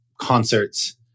concerts